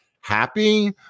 happy